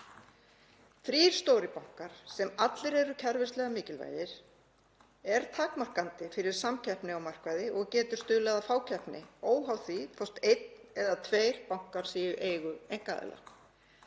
Þrír stórir bankar sem allir eru kerfislega mikilvægir eru takmarkandi fyrir samkeppni á markaði og geta stuðlað að fákeppni óháð því hvort einn eða tveir bankar séu í eigu einkaaðila.